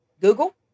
Google